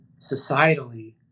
societally